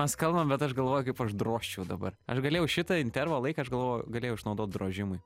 mes kalbam bet aš galvoju kaip aš drožčiau dabar aš galėjau šitą intervo laiką aš galvoju galėjau išnaudot drožimui